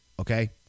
okay